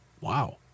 Wow